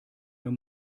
mehr